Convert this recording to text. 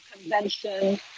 convention